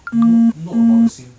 note note about the same